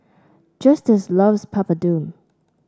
Justus loves Papadum